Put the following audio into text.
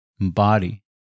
body